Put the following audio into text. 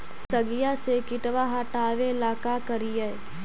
सगिया से किटवा हाटाबेला का कारिये?